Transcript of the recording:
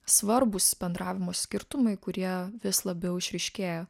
svarbūs bendravimo skirtumai kurie vis labiau išryškėja